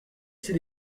ses